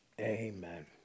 Amen